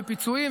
פיצויים,